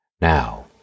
Now